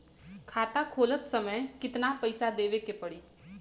खाता खोलत समय कितना पैसा देवे के पड़ी?